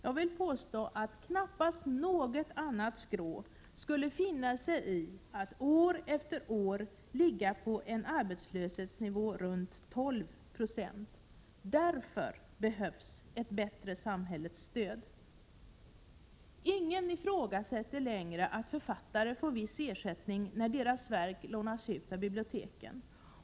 Jag vill påstå att knappast något annat skrå skulle finna sig i att år efter år ligga på en arbetslöshetsnivå runt 12 26. Därför behövs ett bättre samhällets stöd. Ingen ifrågasätter längre att författare får viss ersättning när deras verk lånas ut av biblioteken.